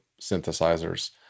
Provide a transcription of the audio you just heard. synthesizers